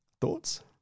Thoughts